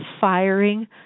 firing